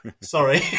Sorry